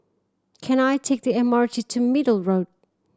can I take the M R T to Middle Road